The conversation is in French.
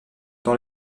dans